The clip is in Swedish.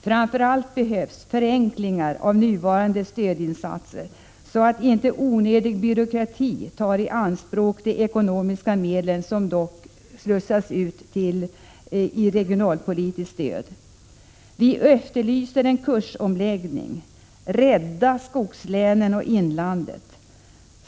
Framför allt behövs förenklingar av nuvarande stödinsatser, så att inte onödig byråkrati tar i anspråk de ekonomiska medel som trots allt slussas ut i regionalpolitiskt stöd. Vi efterlyser en kursomläggning — rädda skogslänen och inlandet.